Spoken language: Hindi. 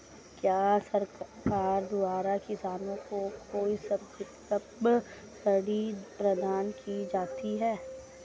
क्या सरकार द्वारा किसानों को कोई सब्सिडी प्रदान की जाती है?